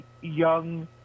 young